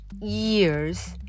Years